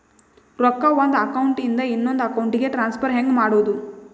ರೊಕ್ಕ ಒಂದು ಅಕೌಂಟ್ ಇಂದ ಇನ್ನೊಂದು ಅಕೌಂಟಿಗೆ ಟ್ರಾನ್ಸ್ಫರ್ ಹೆಂಗ್ ಮಾಡೋದು?